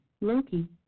Loki